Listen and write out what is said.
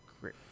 great